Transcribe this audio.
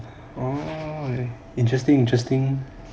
oh interesting interesting